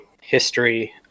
history